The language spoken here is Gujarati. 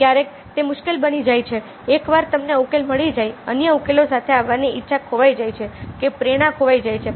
ક્યારેક તે મુશ્કેલ બની જાય છે એકવાર તમને ઉકેલ મળી જાય અન્ય ઉકેલો સાથે આવવાની ઇચ્છા ખોવાઈ જાય છે કે પ્રેરણા ખોવાઈ જાય છે